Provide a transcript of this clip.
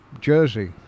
jersey